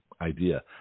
idea